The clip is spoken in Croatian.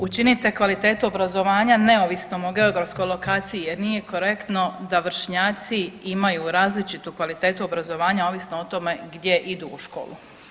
Učinite kvalitetu obrazovanja neovisnom o geografskoj lokaciji jer nije korektno da vršnjaci imaju različitu kvalitetu obrazovanja ovisno o tome gdje idu u školu.